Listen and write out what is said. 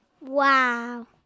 wow